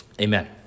Amen